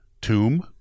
tomb